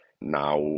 now